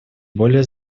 более